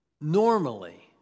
normally